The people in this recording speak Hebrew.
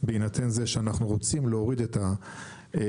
בהינתן זה שאנחנו רוצים להוריד את החסמים